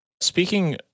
speaking